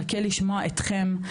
מחכה לשמוע אתכם,